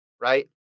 Right